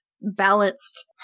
balanced